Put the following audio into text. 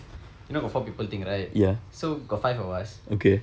you know got four people thing right so got five of us